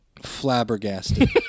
flabbergasted